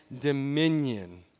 dominion